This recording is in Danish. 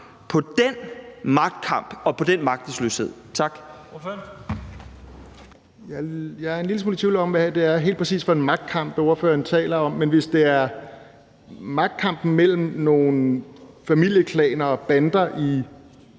på den magtkamp og på den magtesløshed? Tak.